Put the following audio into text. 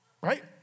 right